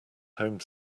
home